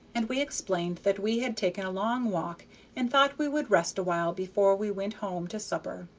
and we explained that we had taken a long walk and thought we would rest awhile before we went home to supper.